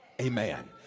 Amen